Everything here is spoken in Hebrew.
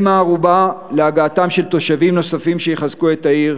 הם הערובה להגעתם של תושבים נוספים שיחזקו את העיר,